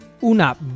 una